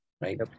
right